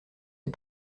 est